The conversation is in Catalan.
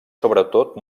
sobretot